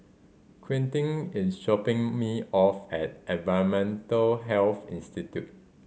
Quentin is dropping me off at Environmental Health Institute